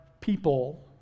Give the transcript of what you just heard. people